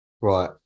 Right